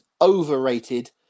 overrated